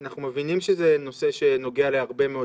אנחנו מבינים שזה נושא שנוגע להרבה מאוד